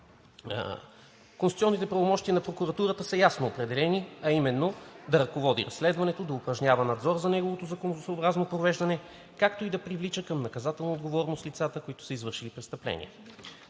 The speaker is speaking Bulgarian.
Конституционните правомощията на прокуратурата са ясно определени, а именно да ръководи разследването, да упражнява надзор за неговото законосъобразно провеждане, както и да привлича към наказателна отговорност лицата, които са извършили престъпления.